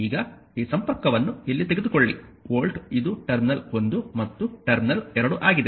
ಈಗ ಈ ಸಂಪರ್ಕವನ್ನು ಇಲ್ಲಿ ತೆಗೆದುಕೊಳ್ಳಿ ವೋಲ್ಟ್ ಇದು ಟರ್ಮಿನಲ್ 1 ಮತ್ತು ಟರ್ಮಿನಲ್ 2 ಆಗಿದೆ